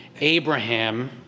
Abraham